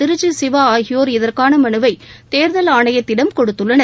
திருச்சி சிவா ஆகியோர் இதற்கான மனுவை தேர்தல் ஆணையத்திடம் கொடுத்துள்ளனர்